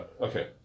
okay